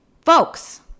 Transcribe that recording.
folks